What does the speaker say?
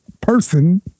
person